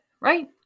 right